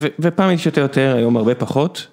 ופעמים שיותר יותר, היום הרבה פחות.